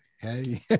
Hey